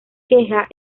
queja